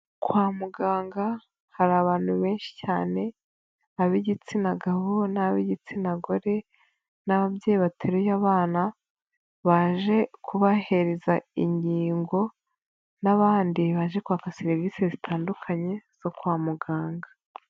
Kwa muganga hari abantu benshi cyane, ab'igitsina gahura n'ab'igitsina gore n'ababyeyi bateruye abana baje kubahereza inkingo n'abandi baje kwaka serivisi zitandukanye zo kwa muganga.